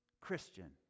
Christian